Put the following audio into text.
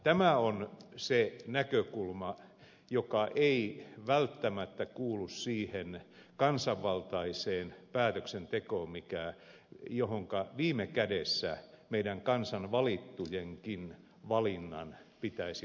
tämä on se näkökulma joka ei välttämättä kuulu siihen kansanvaltaiseen päätöksentekoon johonka viime kädessä meidän kansan valittujenkin valinnan pitäisi pohjautua